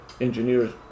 engineers